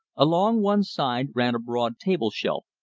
along one side ran a broad table-shelf,